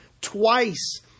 twice